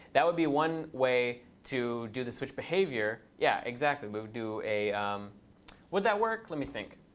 that would be one way to do the switch behavior. yeah, exactly, we would do a would that work? let me think.